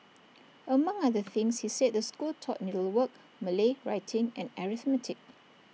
among other things he said the school taught needlework Malay writing and arithmetic